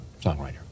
songwriter